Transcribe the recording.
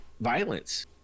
violence